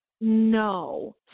No